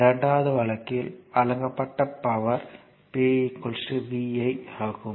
இரண்டாவது வழக்கில் வழங்கப்பட்ட பவர் P VI ஆகும்